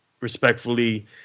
respectfully